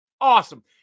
Awesome